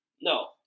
No